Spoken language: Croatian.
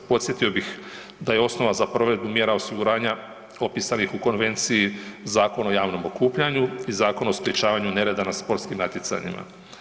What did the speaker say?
Podsjetio bih da je osnova za provedbu mjera osiguranja opisanih u konvenciji Zakon o javnom okupljanju i Zakon o sprječavanju nereda na sportskim natjecanjima.